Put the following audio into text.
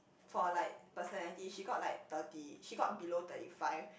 for like personality she got like thirty she got below thirty five